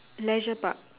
leisure park